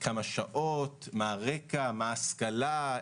כמה שעות, מה הרקע, מה ההשכלה.